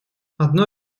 одно